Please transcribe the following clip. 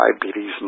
diabetes